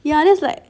yeah then is like